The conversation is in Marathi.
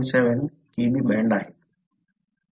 7 Kb बँड आहेत